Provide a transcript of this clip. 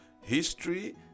History